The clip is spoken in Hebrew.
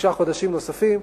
בשישה חודשים נוספים.